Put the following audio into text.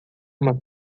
uma